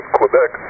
Quebec